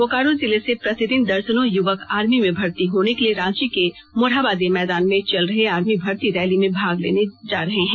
बोकारो जिले से प्रतिदिन दर्जनों युवक आर्मी में भर्ती होने के लिए रांची के मोरहबादी मैदान में चल रहे आर्मी भर्ती रैली में भाग लेने जा रहे हैं